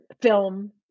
film